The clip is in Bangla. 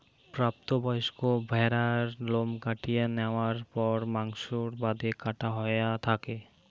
প্রাপ্ত বয়স্ক ভ্যাড়ার লোম কাটিয়া ন্যাওয়ার পর মাংসর বাদে কাটা হয়া থাকে